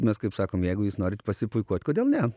mes kaip sakom jeigu jūs norit pasipuikuot kodėl ne